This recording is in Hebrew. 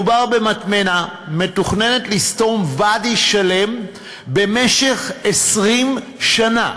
מדובר במטמנה שמתוכננת לסתום ואדי שלם במשך 20 שנה.